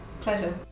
Pleasure